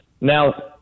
Now